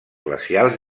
glacials